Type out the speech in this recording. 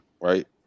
right